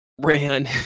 ran